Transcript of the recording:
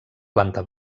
planta